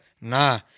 Nah